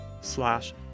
slash